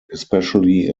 especially